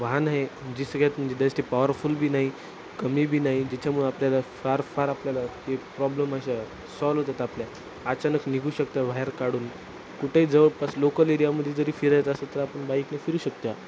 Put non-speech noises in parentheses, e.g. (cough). वाहन आहे जी सगळ्यात (unintelligible) पॉवरफुल बी नाही कमी बी नाही ज्याच्यामुळे आपल्याला फार फार आपल्याला ते प्रॉब्लेम अशा सॉल्व होतात आपल्या अचानक निघू शकतं बाहेर काढून कुठे जवळपास लोकल एरियामध्ये जरी फिरायचं असेल तर आपण बाईकने फिरू शकता